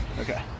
Okay